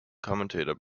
commentator